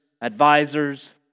advisors